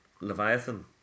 Leviathan